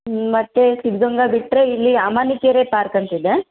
ಮತ್ತು ಸಿದ್ಧಗಂಗಾ ಬಿಟ್ಟರೆ ಇಲ್ಲಿ ಅಮಾನಿಕೆರೆ ಪಾರ್ಕ್ ಅಂತಿದೆ